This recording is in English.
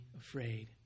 afraid